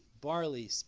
barley